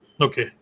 Okay